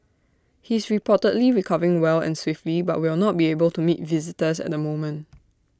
he is reportedly recovering well and swiftly but will not be able to meet visitors at the moment